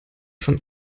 von